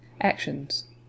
actions